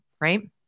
right